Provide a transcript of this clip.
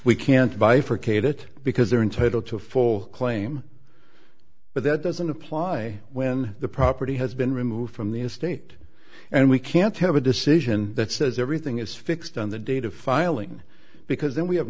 it because they're entitled to a full claim but that doesn't apply when the property has been removed from the estate and we can't have a decision that says everything is fixed on the date of filing because then we have